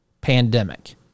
pandemic